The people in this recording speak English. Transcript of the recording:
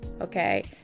okay